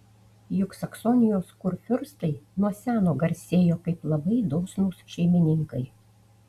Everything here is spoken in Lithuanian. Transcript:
juk saksonijos kurfiurstai nuo seno garsėjo kaip labai dosnūs šeimininkai